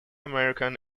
american